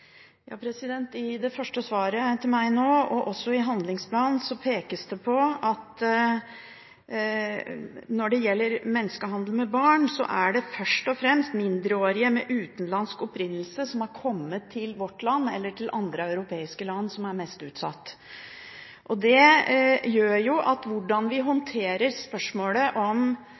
I det første svaret til meg, og også i handlingsplanen, pekes det på at når det gjelder menneskehandel med barn, er det først og fremst mindreårige med utenlandsk opprinnelse som har kommet til vårt land eller til andre europeiske land, som er mest utsatt. Det gjør jo at hvordan vi håndterer spørsmålet om